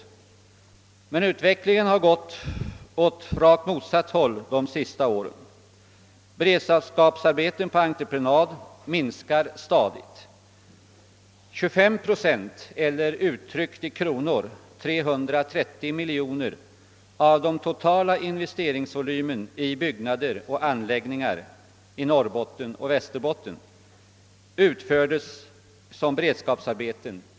Men utvecklingen har gått åt rakt motsatt håll de senaste åren. Beredskapsarbeten på entreprenad minskar stadigt. år 1966 utfördes 25 procent eller, uttryckt i kronor, 330 mil joner av den totala investeringsvolymen i byggnader och anläggningar i Norrbotten och Västerbotten som beredskapsarbeten.